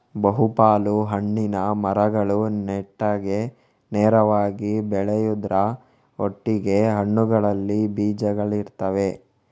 ಬಹು ಪಾಲು ಹಣ್ಣಿನ ಮರಗಳು ನೆಟ್ಟಗೆ ನೇರವಾಗಿ ಬೆಳೆಯುದ್ರ ಒಟ್ಟಿಗೆ ಹಣ್ಣುಗಳಲ್ಲಿ ಬೀಜಗಳಿರ್ತವೆ